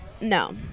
No